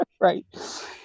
right